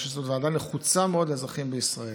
אני חושב שזו ועדה נחוצה מאוד לאזרחים בישראל.